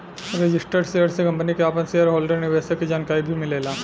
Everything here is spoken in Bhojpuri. रजिस्टर्ड शेयर से कंपनी के आपन शेयर होल्डर निवेशक के जानकारी भी मिलेला